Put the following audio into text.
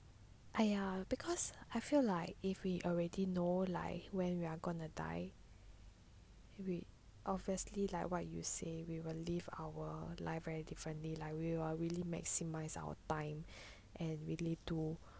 !aiya! because I feel like if we already know like when we're gonna die we obviously like what you say we will live our life very differently like we will really maximise our time and really to